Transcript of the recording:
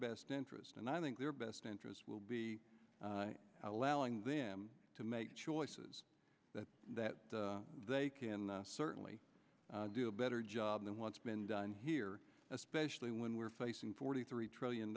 best interest and i think their best interest will be allowing them to make choices that that they can certainly do a better job than what's been done here especially when we're facing forty three trillion